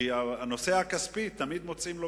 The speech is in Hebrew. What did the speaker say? כי לנושא הכספי תמיד מוצאים פתרון.